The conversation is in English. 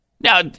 Now